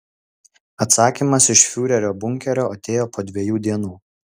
atsakymas iš fiurerio bunkerio atėjo po dviejų dienų